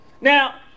Now